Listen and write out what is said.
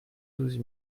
douze